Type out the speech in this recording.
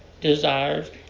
desires